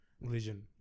religion